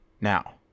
Now